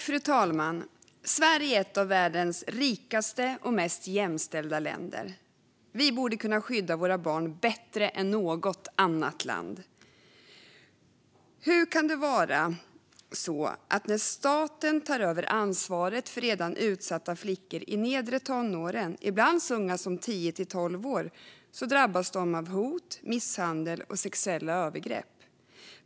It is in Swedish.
Fru talman! Sverige är ett av världens rikaste och mest jämställda länder. Vi borde kunna skydda våra barn bättre än något annat land. Hur kan det vara så att när staten tar över ansvaret för redan utsatta flickor i nedre tonåren, ibland så unga som tio till tolv år, drabbas dessa flickor av hot, misshandel och sexuella övergrepp?